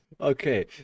Okay